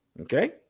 Okay